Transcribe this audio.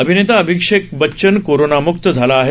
अभिनेता अभिषेक बच्चन कोरोनामुक्त झाला आहे